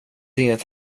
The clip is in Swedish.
inget